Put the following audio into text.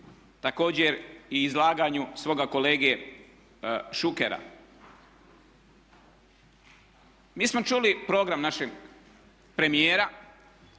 također i izlaganju svoga kolege Šukera. Mi smo čuli program našeg premijera,